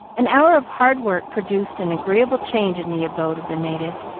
an hour of hard work produced an agreeable change in the abode of the native,